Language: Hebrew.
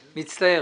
מצטער.